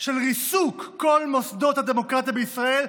של ריסוק כל מוסדות הדמוקרטיה בישראל,